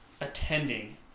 attending